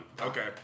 okay